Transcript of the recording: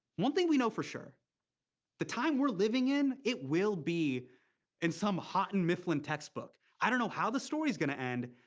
one thing we know for sure the time we're living in, it will be in some houghton mifflin textbook. i don't know how the story's gonna end,